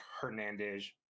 Hernandez